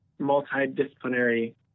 multidisciplinary